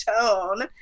tone